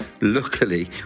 Luckily